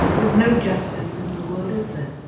there's no justice in the world is there?